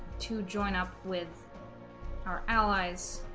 to join up with our allies